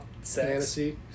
fantasy